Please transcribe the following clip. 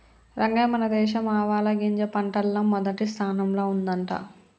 రంగయ్య మన దేశం ఆవాలగింజ పంటల్ల మొదటి స్థానంల ఉండంట